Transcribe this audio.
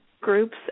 groups